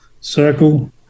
circle